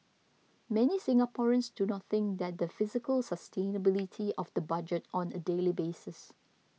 many Singaporeans do not think that the fiscal sustainability of the budget on a daily basis